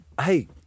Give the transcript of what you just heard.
Hey